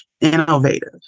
innovative